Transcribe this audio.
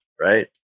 right